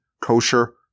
kosher